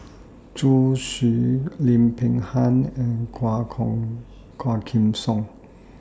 Zhu Xu Lim Peng Han and Quah Kong Quah Kim Song